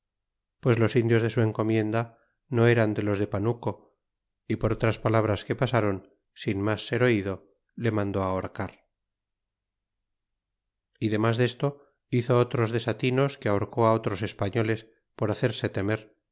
pues los indios de su encomienda no eran de los de panuco y por otras palabras que pasaron sin mas ser oido le mandó ahorcar y demas desto hizo otros desatinos que ahorcó á otros españoles por hacerse temer